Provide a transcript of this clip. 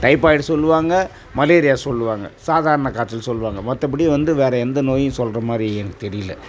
typhoid சொல்வாங்க malaria சொல்வாங்க சாதாரண காய்ச்சல் சொல்வாங்க மற்றபடி வந்து வேறு எந்த நோயும் சொல்கிற மாதிரி எனக்கு தெரியல